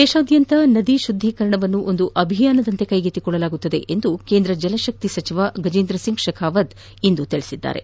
ದೇಶದಾದ್ಯಂತ ನದಿ ಶುದ್ಧೀಕರಣವನ್ನು ಒಂದು ಅಭಿಯಾನದಂತೆ ಕೈಗೆತ್ತಿಕೊಳ್ಳಲಾಗುವುದು ಎಂದು ಕೇಂದ್ರ ಜಲಶಕ್ತಿ ಸಚಿವ ಗಜೇಂದ್ರ ಸಿಂಗ್ ಕೇಖಾವತ್ ಇಂದು ತಿಳಿಸಿದ್ದಾರೆ